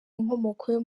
inkomoko